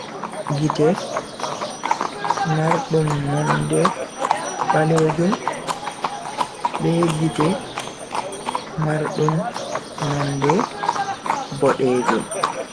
Gite mardum nonde baleejum be gite mardum nonde bodeejum.